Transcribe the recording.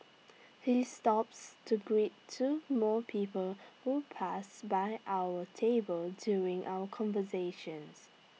he stops to greet two more people who pass by our table during our conversations